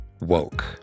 Woke